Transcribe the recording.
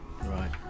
right